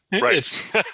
right